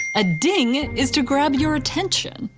a ding is to grab your attention.